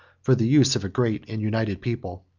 for the use of a great and united people.